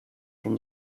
from